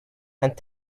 and